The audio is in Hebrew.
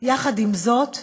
יחד עם זאת,